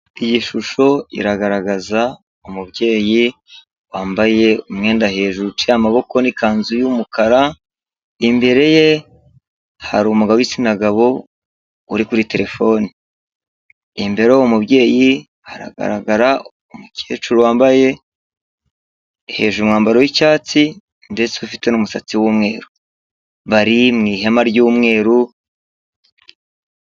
Iyi shusho iragaragaza umubyeyi wambaye umwenda hejuru uciye amaboko n'ikanzu y'umukara, imbere ye hari umugabo w'igitsina gabo uri kuri terefone, imbere y'uwo umubyeyi hagaragara umukecuru wambaye, hejuru umwambaro w'icyatsi ndetse ufite n'umusatsi w'umweru, bari mu ihema ry'umweru.